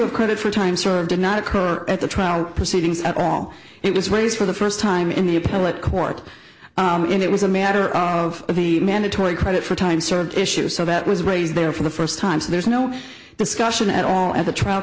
of credit for time served did not occur at the trial proceedings at all it was ways for the first time in the appellate court and it was a matter of a mandatory credit for time served issues so that was raised there for the first time so there's no discussion at all at the trial